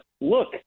look